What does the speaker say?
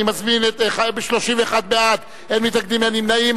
31 בעד, אין מתנגדים, אין נמנעים.